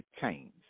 change